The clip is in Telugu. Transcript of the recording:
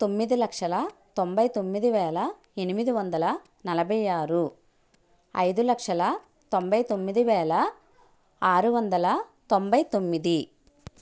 తొమ్మిది లక్షల తొంభై తొమ్మిది వేల ఎనిమిది వందల నలభై ఆరు ఐదు లక్షల తొంభై తొమ్మిది వేల ఆరు వందల తొంభై తొమ్మిది